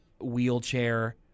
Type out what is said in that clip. wheelchair